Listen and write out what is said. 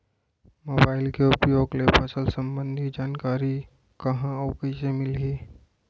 Mobile के उपयोग ले फसल सम्बन्धी जानकारी कहाँ अऊ कइसे मिलही?